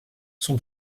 son